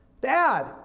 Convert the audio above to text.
dad